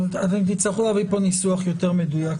אתם תצטרכו להביא ניסוח יותר מדויק.